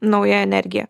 nauja energija